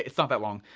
it's not that long.